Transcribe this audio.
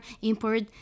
import